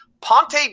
Ponte